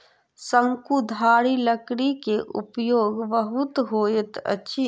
शंकुधारी लकड़ी के उपयोग बहुत होइत अछि